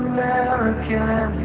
American